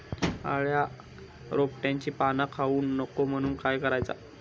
अळ्या रोपट्यांची पाना खाऊक नको म्हणून काय करायचा?